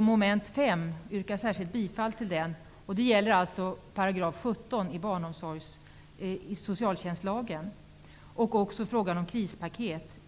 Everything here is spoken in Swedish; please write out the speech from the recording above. mom. 5, som gäller 17 § socialtjänstlagen, och till mom. 15, om ett krispaket.